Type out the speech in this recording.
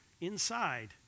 inside